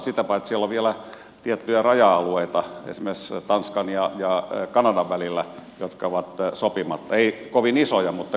sitä paitsi siellä on vielä tiettyjä raja alueita esimerkiksi tanskan ja kanadan välillä jotka ovat sopimatta ei kovin isoja mutta kuitenkin